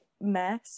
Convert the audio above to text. mess